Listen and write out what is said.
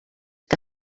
que